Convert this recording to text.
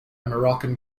moroccan